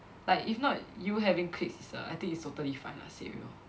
like if not you having cliques is err I think it's totally fine lah say real